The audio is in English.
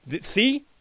see